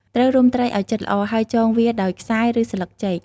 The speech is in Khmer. ត្រូវរុំត្រីឲ្យជិតល្អ ហើយចងវាដោយខ្សែ ឬស្លឹកចេក។